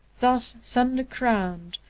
thus thunder-crown'd,